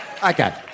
Okay